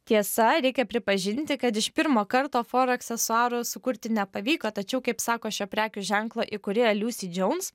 tiesa reikia pripažinti kad iš pirmo karto porą aksesuarų sukurti nepavyko tačiau kaip sako šio prekių ženklo įkūrėja liūsy džouns